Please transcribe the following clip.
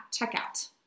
checkout